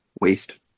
waste